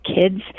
kids